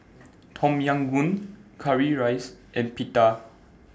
Tom Yam Goong Currywurst and Pita